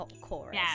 chorus